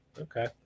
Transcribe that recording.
Okay